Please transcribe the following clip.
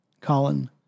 Colin